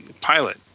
pilot